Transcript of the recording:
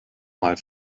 mal